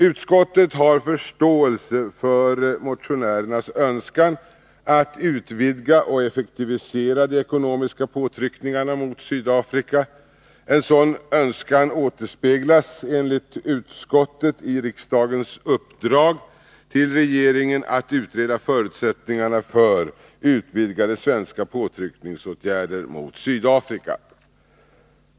Utskottet har förståelse för motionärernas önskan att utvidga och effektivisera de ekonomiska påtryckningarna mot Sydafrika. En sådan önskan återspeglas enligt utskottet i riksdagens uppdrag till regeringen att utreda förutsättningarna för utvidgade svenska påtryckningsåtgärder mot Sydafrika.